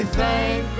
thank